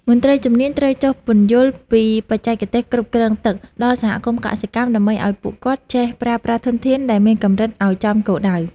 មន្ត្រីជំនាញត្រូវចុះពន្យល់ពីបច្ចេកទេសគ្រប់គ្រងទឹកដល់សហគមន៍កសិកម្មដើម្បីឱ្យពួកគាត់ចេះប្រើប្រាស់ធនធានដែលមានកម្រិតឱ្យចំគោលដៅ។